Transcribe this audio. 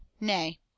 nay